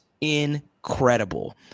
incredible